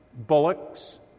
Bullocks